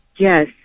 Yes